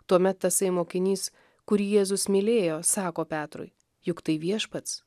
tuomet tasai mokinys kurį jėzus mylėjo sako petrui juk tai viešpats